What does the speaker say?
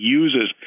uses